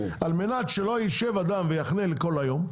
על מנת שלא יישב אדם ויחנה לכל היום,